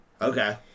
Okay